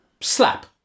slap